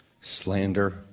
slander